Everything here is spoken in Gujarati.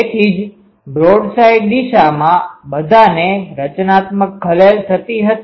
તેથી જ બ્રોડસાઈડ દિશામાં બધાને રચનાત્મક ખલેલ થતી હતી